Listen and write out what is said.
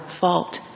fault